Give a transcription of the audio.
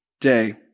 day